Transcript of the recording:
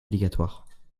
obligatoires